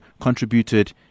contributed